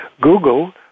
Google